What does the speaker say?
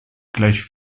gleich